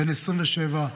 בן 27,